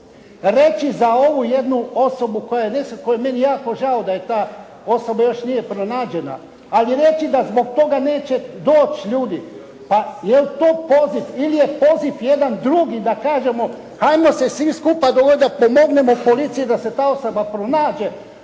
Reći za ovu jednu osobu koja je meni jako žao da ta osoba još nije pronađena, ali reći da zbog toga neće doći ljudi, pa je li to poziv ili je poziv jedan drugi da kažemo hajmo se svi skupa dogovoriti da pomognemo policiji da se ta osoba pronađe